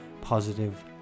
positive